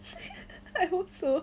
I hope so